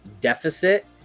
deficit